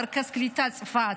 מרכז קליטה צפת.